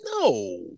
No